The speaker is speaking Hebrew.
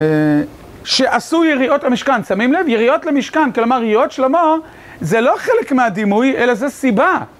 שעשו יריעות למשכן, שמים לב יריעות למשכן, כלומר יריעות שלמה זה לא חלק מהדימוי אלא זה סיבה.